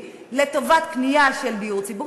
אותם אנשים שנשארו מ-2011.